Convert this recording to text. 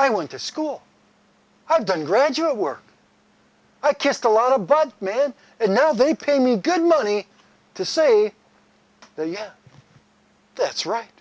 i went to school have done graduate work i kissed a lot of bugs man and now they pay me good money to say that yeah that's right